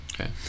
okay